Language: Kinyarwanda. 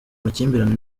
amakimbirane